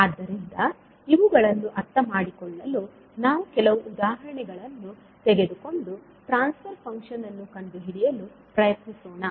ಆದ್ದರಿಂದ ಇವುಗಳನ್ನು ಅರ್ಥಮಾಡಿಕೊಳ್ಳಲು ನಾವು ಕೆಲವು ಉದಾಹರಣೆಗಳನ್ನು ತೆಗೆದುಕೊಂಡು ಟ್ರಾನ್ಸ್ ಫರ್ ಫಂಕ್ಷನ್ ಅನ್ನು ಕಂಡುಹಿಡಿಯಲು ಪ್ರಯತ್ನಿಸೋಣ